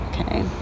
okay